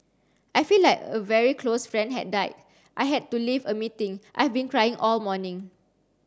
I feel like a very close friend had died I had to leave a meeting I've been crying all morning